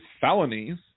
felonies